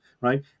right